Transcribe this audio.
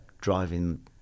driving